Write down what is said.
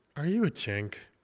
are you a chink